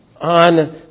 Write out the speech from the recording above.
on